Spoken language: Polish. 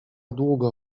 długo